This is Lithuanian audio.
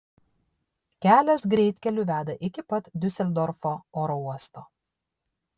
kelias greitkeliu veda iki pat diuseldorfo oro uosto